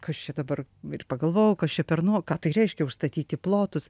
kas čia dabar ir pagalvojau kas čia per nuo ką tai reiškia užstatyti plotus